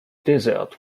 desert